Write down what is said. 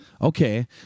Okay